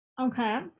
Okay